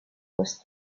was